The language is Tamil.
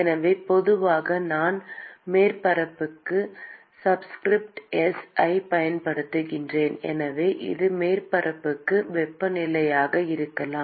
எனவே பொதுவாக நான் மேற்பரப்புக்கு சப்ஸ்கிரிப்ட் s ஐப் பயன்படுத்துகிறேன் எனவே அது மேற்பரப்பு வெப்பநிலையாக இருக்கலாம்